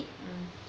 mm